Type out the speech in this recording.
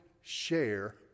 share